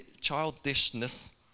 childishness